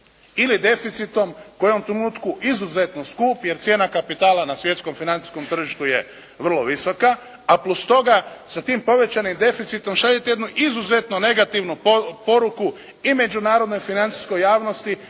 Ili deficitiom koji je u trenutku izuzetno skup jer cijena kapitala na svjetskom financijskom tržištu je vrlo visoka a plus toga sa tim povećanim deficitom šaljete jednu izuzetno negativnu poruku i međunarodnoj financijskoj javnosti